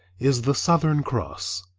is the southern cross.